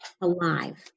alive